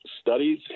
studies